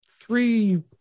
three